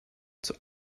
zur